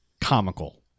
comical